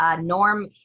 Norm